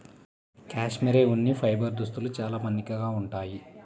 cashmere ఉన్ని fibre దుస్తులు చాలా మన్నికగా ఉంటాయి